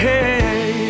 Hey